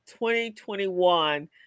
2021